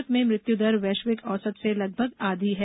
भारत में मृत्यु दर वैश्विक औसत से लगभग आधी है